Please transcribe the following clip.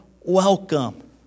welcome